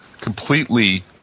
completely